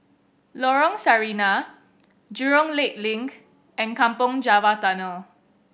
Lorong Sarina Jurong Lake Link and Kampong Java Tunnel